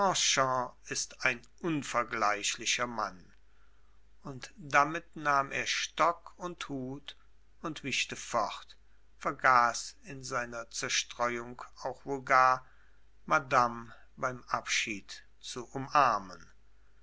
ist ein unvergleichlicher mann und damit nahm er stock und hut und wischte fort vergaß in seiner zerstreuung auch wohl gar madame beim abschied zu umarmen